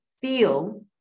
feel